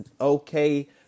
okay